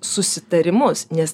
susitarimus nes